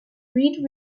breed